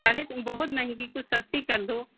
साढ़े तीन बहुत महंगी कुछ सस्ती कर दो